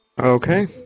Okay